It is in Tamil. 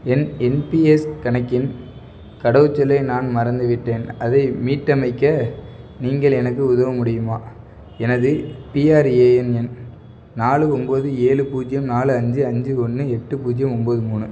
என் என்பிஎஸ் கணக்கின் கடவுச்சொல்லை நான் மறந்துவிட்டேன் அதை மீட்டமைக்க நீங்கள் எனக்கு உதவ முடியுமா எனது பிஆர்ஏஎன் எண் நாலு ஒம்பது ஏழு பூஜ்ஜியம் நாலு அஞ்சு அஞ்சு ஒன்று எட்டு பூஜ்ஜியம் ஒம்பது மூணு